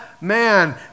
man